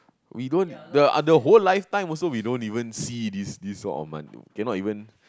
we don't the ah the whole lifetime also we don't even see this this sort of money though cannot even